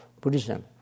Buddhism